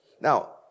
Now